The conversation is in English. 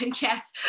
yes